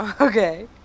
Okay